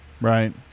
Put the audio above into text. Right